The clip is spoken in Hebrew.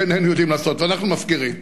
שאיננו יודעים לעשות ואנחנו מפקירים,